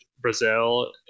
Brazil